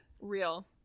Real